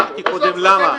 הבהרתי קודם למה.